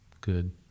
good